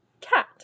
cat